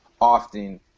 often